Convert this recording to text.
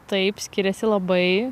taip skiriasi labai